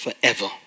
forever